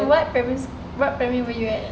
what primary what primary were you at